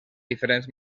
diferents